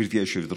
מצליח להבין, ופה